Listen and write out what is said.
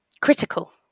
critical